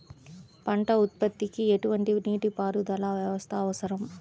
పంట ఉత్పత్తికి ఎటువంటి నీటిపారుదల వ్యవస్థ అవసరం?